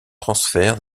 transfert